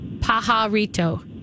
Pajarito